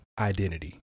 identity